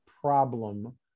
problem